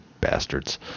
bastards